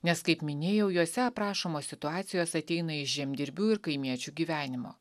nes kaip minėjau juose aprašomos situacijos ateina iš žemdirbių ir kaimiečių gyvenimo